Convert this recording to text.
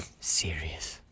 serious